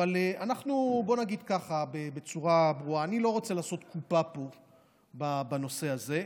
בוא נגיד בצורה ברורה: אני לא רוצה לעשות קופה פה בנושא הזה.